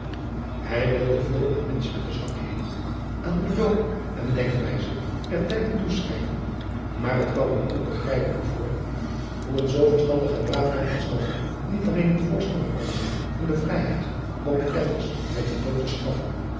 hij wilde veel aan menschelijke zwakheden aan den loop en denkwijze der tijden toeschrijven maar het kwam hem onbegrijpelijk voor hoe een zoo verstandig en braaf man als calvyn niet alleen een voorstander kon zijn van de vrijheid om ketters met den dood te